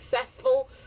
successful